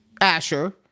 asher